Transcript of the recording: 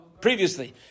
previously